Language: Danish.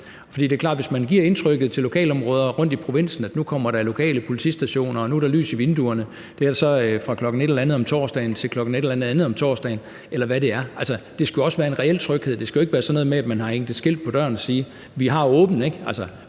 For det er klart, at hvis man giver det indtryk til lokalområder rundt i provinsen, at der nu kommer lokale politistationer – og nu er der lys i vinduerne fra klokken et eller andet om torsdagen til klokken et eller andet andet om torsdagen, eller hvad det er – så giver det jo ikke en reel tryghed. Det skal jo ikke være sådan noget med, at man har hængt et skilt på døren, hvor der står: »Vi har åbent« – men gad